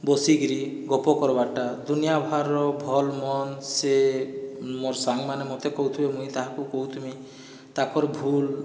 ବସିକିରି ଗପ କରବାଟା ଦୁନିଆ ଭାରର ଭଲ ମନ୍ଦ ସେ ମୋର୍ ସାଙ୍ଗ ମାନେ ମୋତେ କହୁଥିବେ ମୁଇଁ ତାହାକୁ କହୁଥିମି ତାକର୍ ଭୁଲ